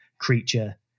creature